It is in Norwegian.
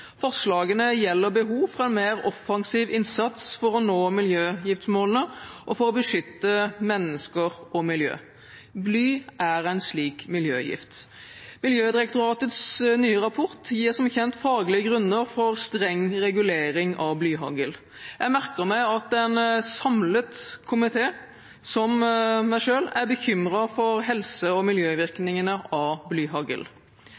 Forslagene gjelder behov for en mer offensiv innsats for å nå miljøgiftmålene, og for å beskytte mennesker og miljøet. Bly er en slik miljøgift. Miljødirektoratets nye rapport gir som kjent faglige grunner for streng regulering av blyhagl. Jeg merker meg at en samlet komité, som jeg selv, er bekymret for helse- og miljøvirkningene av